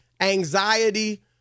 anxiety